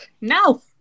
No